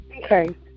Okay